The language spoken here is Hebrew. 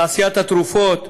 תעשיית התרופות,